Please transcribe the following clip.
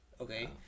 okay